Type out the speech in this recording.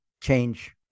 change